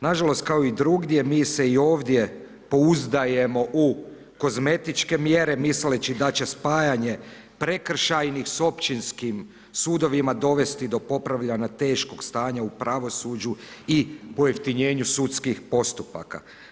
Nažalost, kao i drugdje, mi se i ovdje pouzdajemo u kozmetičke mjere misleći da će spajanje prekršajnih s općinskim sudovima dovesti do popravljanja teškog stanja u pravosuđu i pojeftinjenju sudskih postupaka.